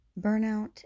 burnout